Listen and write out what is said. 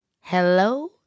Hello